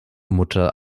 mutter